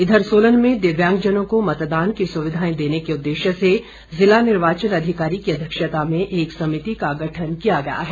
इधर सोलन में दिव्यांगजनों को मतदान की सुविधाएं देने के उद्देश्य से ज़िला निर्वाचन अधिकारी की अध्यक्षता में एक समिति का गठन किया गया है